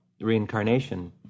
reincarnation